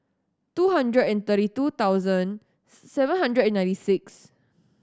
two hundred and thirty two thousand seven hundred and ninety six